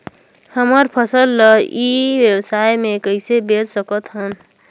हमर फसल ल ई व्यवसाय मे कइसे बेच सकत हन?